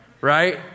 right